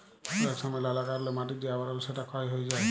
অলেক সময় লালা কারলে মাটির যে আবরল সেটা ক্ষয় হ্যয়ে যায়